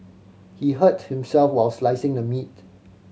he hurt himself while slicing the meat